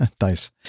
nice